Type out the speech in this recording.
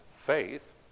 faith